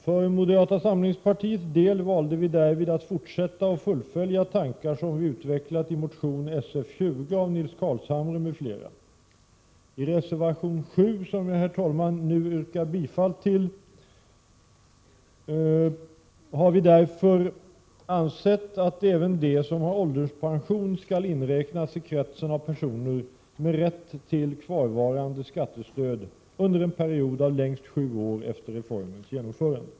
För moderata samlingspartiets del valde vi därvid att fortsätta och fullfölja tankar som vi utvecklat i motion Sf20 av Nils Carlshamre m.fl. I reservation 7, som jag, herr talman, nu yrkar bifall till, har vi därför ansett att även de som har ålderspension skall inräknas i kretsen av personer med rätt till kvarvarande skattestöd under en period av längst sju år efter reformens genomförande.